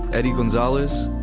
eddie gonzalez,